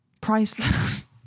priceless